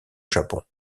japon